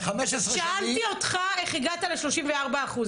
שאלתי אותך איך הגעת ל-34%.